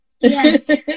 Yes